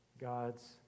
God's